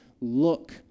Look